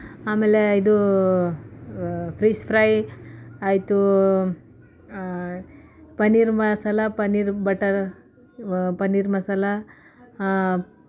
ಆಮೇಲೆ ಇದು fish fry ಆಯಿತು ಪನ್ನೀರ್ ಮಸಾಲೆ ಪನ್ನೀರ್ ಬಟ್ಟರ್ ಪನ್ನೀರ್ ಮಸಾಲೆ